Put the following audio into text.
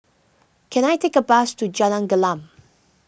can I take a bus to Jalan Gelam